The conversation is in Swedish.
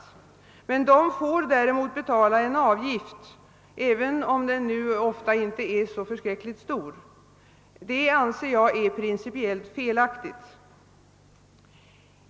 Dessa elever får däremot betala en avgift, även om den ofta inte är så stor. Detta anser jag principiellt felaktigt.